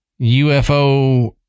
UFO